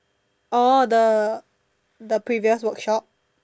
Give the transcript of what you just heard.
orh the the previous workshop